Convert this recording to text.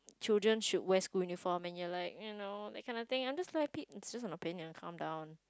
children should wear school uniform and you are like you know that kind of thing and I'm just like it's just an opinion calm down